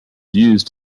used